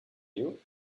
you